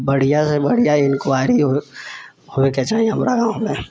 बढ़िआँसँ बढ़िआँ इनक्वायरी होबैके चाही हमरा गाँवमे